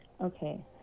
Okay